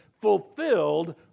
fulfilled